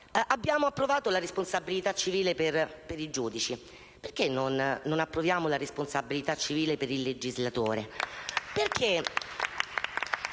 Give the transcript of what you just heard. abbiamo approvato la responsabilità civile per i giudici, perché non approviamo la responsabilità civile per il legislatore?